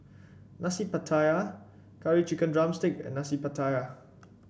Nasi Pattaya Curry Chicken drumstick and Nasi Pattaya